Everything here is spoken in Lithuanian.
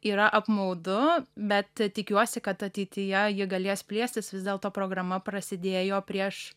yra apmaudu bet tikiuosi kad ateityje ji galės plėstis vis dėlto programa prasidėjo prieš